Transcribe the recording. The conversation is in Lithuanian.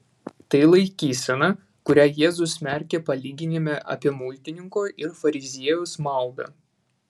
tai laikysena kurią jėzus smerkia palyginime apie muitininko ir fariziejaus maldą